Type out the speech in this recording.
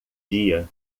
dia